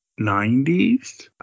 90s